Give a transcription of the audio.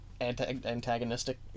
antagonistic